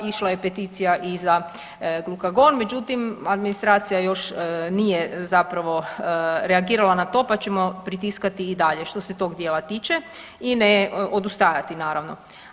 Išla je peticija i za Glukagon međutim administracija još nije zapravo reagirala na to pa ćemo pritiskati i dalje što se tog dijela tiče i ne odustajati naravno.